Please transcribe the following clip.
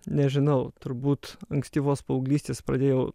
nežinau turbūt ankstyvos paauglystės pradėjau